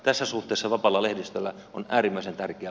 tässä suhteessa vapaalla lehdistöllä on äärimmäisen tärkeä